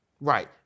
Right